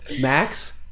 Max